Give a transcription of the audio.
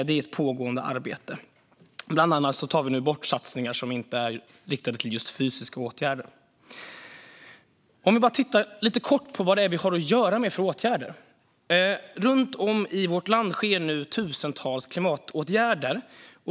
Det är ett pågående arbete, och bland annat tar vi nu bort satsningar som inte är riktade mot fysiska åtgärder. Vad har vi att göra med för åtgärder? Runt om i vårt land vidtas tusentals klimatåtgärder.